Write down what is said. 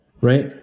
Right